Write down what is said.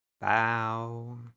Bow